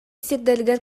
сирдэригэр